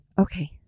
Okay